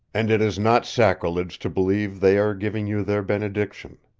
and it is not sacrilege to believe they are, giving you their benediction.